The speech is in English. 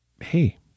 hey